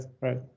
right